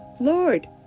Lord